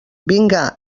vinga